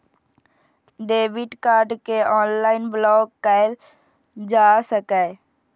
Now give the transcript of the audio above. debit card कें online block कैल जा सकैए